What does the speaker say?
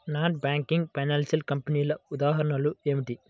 Non banking financial కంపెనీల ఉదాహరణలు ఏమిటి?